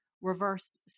reverse